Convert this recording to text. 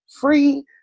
free